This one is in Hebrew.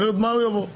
אחרת לשם מה הוא יבוא?